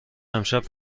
امشب